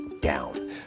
down